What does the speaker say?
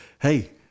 hey